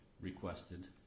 requested